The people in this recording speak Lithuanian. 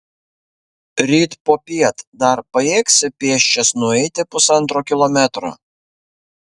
ryt popiet dar pajėgsi pėsčias nueiti pusantro kilometro